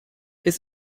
his